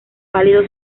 pálido